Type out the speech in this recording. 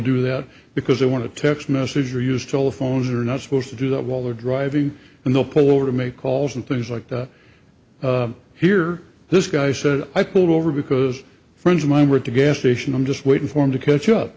do that because they want to text message or use telephones are not supposed to do that while they're driving and they'll pull over to make calls and things like that here this guy said i pulled over because friends of mine were to gas station i'm just waiting for him to catch up